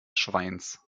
schweins